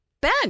ben